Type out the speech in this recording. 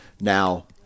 Now